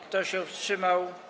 Kto się wstrzymał?